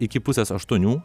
iki pusės aštuonių